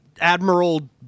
admiral